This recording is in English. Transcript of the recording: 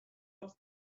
ask